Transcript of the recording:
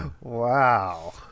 wow